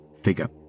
figure